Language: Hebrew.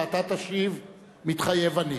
ואתה תשיב: "מתחייב אני".